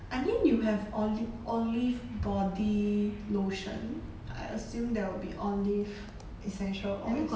I mean you have oli~ olive body lotion I assume there will be olive essential oils